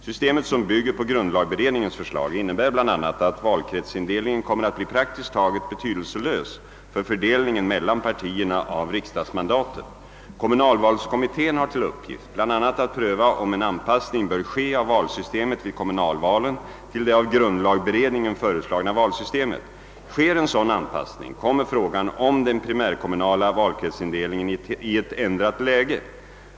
Systemet som bygger på grundlagberedningens förslag innebär bl a. att valkretsindelningen kommer att bli praktiskt taget betydelselös för fördelningen mellan partierna av riksdagsmandaten. Kommunalvalskommittén har = till uppgift bl.a. att pröva om en anpassning bör ske av valsystemet vid kommunalvalen till det av grundlagberedningen föreslagna valsystemet. Sker en sådan anpassning kommer frågan om den primärkommunala valkretsindelningen i ett ändrat läge.